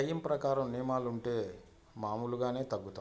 time ప్రకారం నియమాలుంటే మామూలుగానే తగ్గుతాం